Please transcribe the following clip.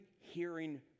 hearing